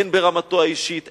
הן ברמתו האישית,